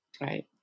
right